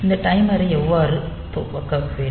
இந்த டைமரை எவ்வாறு துவக்க வேண்டும்